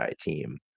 team